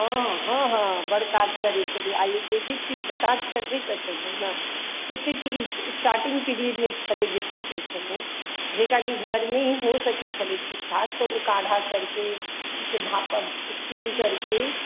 हँ हँह बड्ड काज करैत छलै आयुर्वेदिक चीज तऽ काज करबे करतै ने ने कतेक स्टार्टिंग पीरियडमे छलै जतेक पेशेंट जकरा कि घरमे ही हो सकैत छलै ठीकठाक तऽ ओ काढ़ा करि कऽ जाहिसँ भाप स्टीम करि कऽ